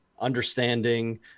understanding